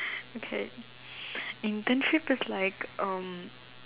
okay internship is like um